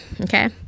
okay